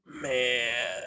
Man